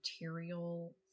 material